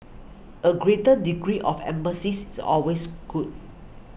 a greater degree of empathy is the always good